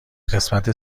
قسمت